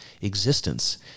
existence